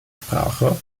sprache